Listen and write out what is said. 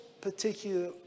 particular